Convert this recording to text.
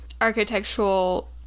architectural